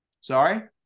Sorry